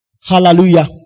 Hallelujah